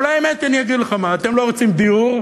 אבל האמת, אני אגיד לך מה, אתם לא רוצים דיור,